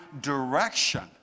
direction